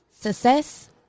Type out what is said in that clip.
success